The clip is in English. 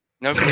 No